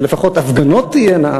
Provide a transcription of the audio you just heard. ולפחות הפגנות תהיינה.